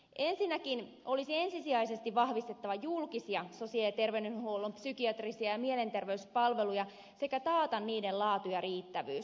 ensinnäkin olisi ensisijaisesti vahvistettava julkisia sosiaali ja terveydenhuollon psykiatrisia ja mielenterveyspalveluja sekä taattava niiden laatu ja riittävyys